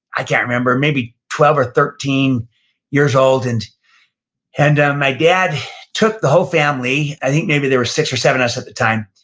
i can't remember, maybe twelve or thirteen years old, and and my dad took the whole family, i think maybe there were six or seven of us at the time,